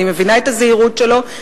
אני מבינה את הזהירות שלו.